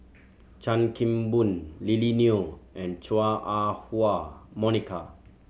Chan Kim Boon Lily Neo and Chua Ah Huwa Monica